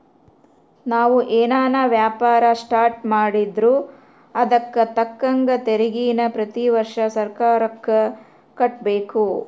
ನಾವು ಏನನ ವ್ಯಾಪಾರ ಸ್ಟಾರ್ಟ್ ಮಾಡಿದ್ರೂ ಅದುಕ್ ತಕ್ಕಂಗ ತೆರಿಗೇನ ಪ್ರತಿ ವರ್ಷ ಸರ್ಕಾರುಕ್ಕ ಕಟ್ಟುಬಕು